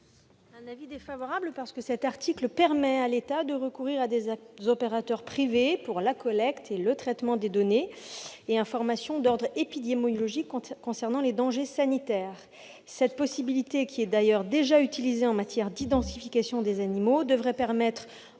En effet, cet article permet à l'État de recourir à des opérateurs privés pour la collecte et le traitement des données, ainsi que pour des informations d'ordre épidémiologique concernant les dangers sanitaires. Cette possibilité, qui est d'ailleurs déjà utilisée en matière d'identification des animaux, devrait permettre,